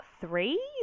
three